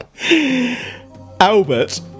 Albert